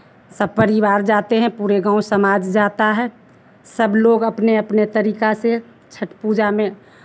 सब परिवार जाते हैं पूरे गाँव समाज जाता है सब लोग अपने अपने तरीका से छठ पूजा में